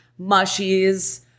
mushies